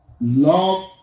love